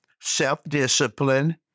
Self-discipline